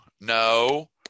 No